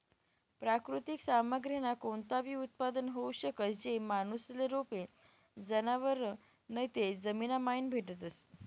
प्राकृतिक सामग्रीमा कोणताबी उत्पादन होऊ शकस, जे माणूसले रोपे, जनावरं नैते जमीनमाईन भेटतस